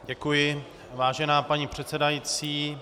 Děkuji, vážená paní předsedající.